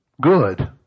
good